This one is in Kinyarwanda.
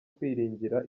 kwiringira